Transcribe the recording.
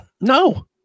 No